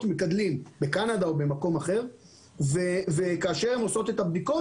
מגדלים בקנדה או במקום אחר וכאשר הן עושות את הבדיקות,